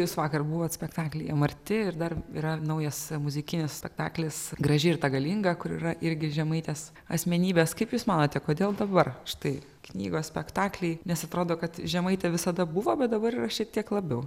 jūs vakar buvot spektaklyje marti ir dar yra naujas muzikinis spektaklis graži ir ta galinga kur yra irgi žemaitės asmenybės kaip jūs manote kodėl dabar štai knygos spektakliai nes atrodo kad žemaitė visada buvo bet dabar šiek tiek labiau